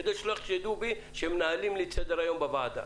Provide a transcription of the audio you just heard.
כדי שלא יחשדו בי שהם מנהלים לי את סדר-היום בוועדה.